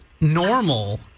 normal